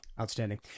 Outstanding